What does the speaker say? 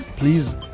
Please